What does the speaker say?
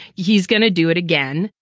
he's going to do it again.